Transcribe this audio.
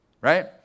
Right